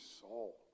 soul